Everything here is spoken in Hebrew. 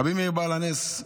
רבי מאיר בעל הנס,